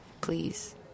Please